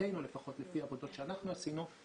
להערכתנו לפחות, לפי עבודות שאנחנו עשינו,